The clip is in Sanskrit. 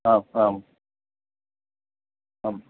आम् आम् आम्